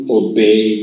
obey